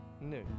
new